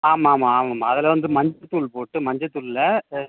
ஆமாம்மா ஆமாம்மா அதில் வந்து மஞ்சத்தூள் போட்டு மஞ்சத்தூளில்